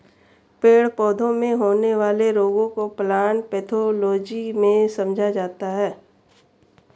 पेड़ पौधों में होने वाले रोगों को प्लांट पैथोलॉजी में समझा जाता है